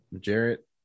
Jarrett